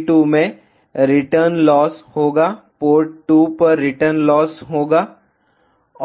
S22 में return loss होगा port 2 पर रीटर्न लॉस होगा